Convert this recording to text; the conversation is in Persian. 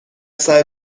سعی